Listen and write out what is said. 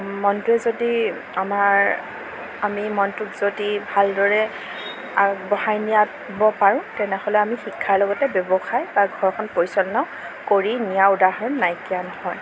মনটোৱে যদি আমাৰ আমি মনটোক যদি ভালদৰে আগবঢ়াই নিয়াত নিব পাৰো তেনেহ'লে আমি শিক্ষাৰ লগতে ব্য়ৱসায় বা ঘৰখন পৰিচালনাও কৰি নিয়াৰ উদাহৰণ নাইকীয়া নহয়